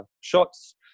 shots